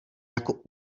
jako